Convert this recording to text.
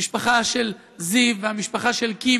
המשפחה של זיו והמשפחה של קים,